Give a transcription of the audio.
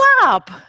up